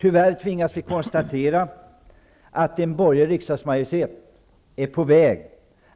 Tyvärr tvingas vi konstatera att en borgerlig riksdagsmajoritet är på väg